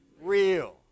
real